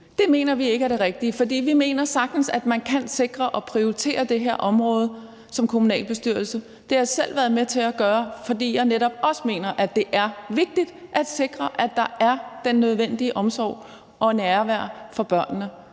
Det mener vi ikke er det rigtige, for vi mener sagtens, at man kan sikre at prioritere det her område som kommunalbestyrelse. Det har jeg selv været med til at gøre, fordi jeg netop også mener, at det er vigtigt at sikre, at der er den nødvendige omsorg og nærvær for børnene